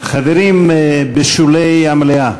חברים בשולי המליאה.